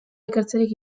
ikertzerik